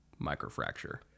microfracture